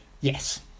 Yes